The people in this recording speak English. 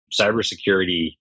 Cybersecurity